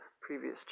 previous